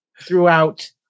throughout